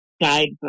guidebook